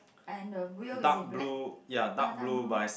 and the wheel is in black uh dark blue